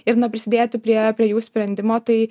ir na prisidėti prie prie jų sprendimo tai